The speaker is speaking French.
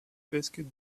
basket